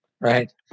Right